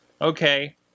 Okay